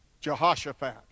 Jehoshaphat